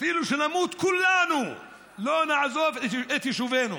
אפילו נמות כולנו לא נעזוב את יישובינו.